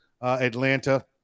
Atlanta